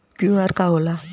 QR का होला?